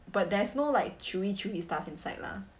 but there's no like chewy chewy stuff inside lah